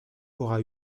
aura